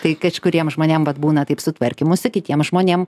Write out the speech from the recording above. tai kažkuriem žmonėm vat būna taip su sutvarkymusi kitiem žmonėm